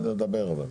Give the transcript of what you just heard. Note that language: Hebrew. בסדר, דבר.